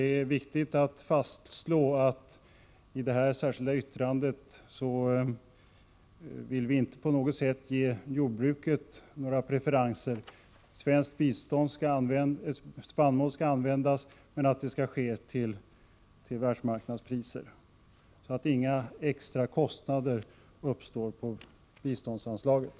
Det är viktigt att fastslå att vi i detta särskilda yttrande inte på något sätt vill ge jordbruket några preferenser — svensk spannmål skall användas, men världsmarknadspriser skall gälla. Inga extra kostnader uppkommer alltså när det gäller biståndsanslaget.